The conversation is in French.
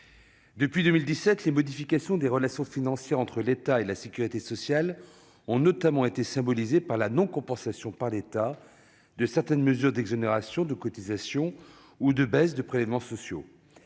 Depuis 2017, les modifications des relations financières entre l'État et la sécurité sociale ont notamment été symbolisées par la non-compensation par l'État de certaines exonérations de cotisations ou baisses des prélèvements sociaux.